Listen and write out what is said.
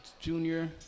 junior